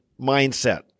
mindset